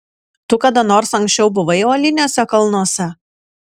tu kada nors anksčiau buvai uoliniuose kalnuose